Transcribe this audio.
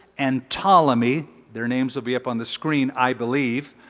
and ptolemy their names will be up on the screen, i believe